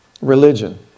religion